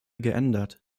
geändert